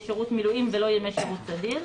לא שירות מילואים ולא ימי שירות סדיר.